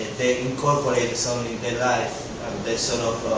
incorporate the song in their life, they sort of